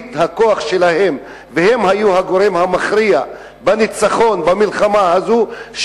מרבית הכוח שלהם והם היו הגורם המכריע בניצחון במלחמה הזאת,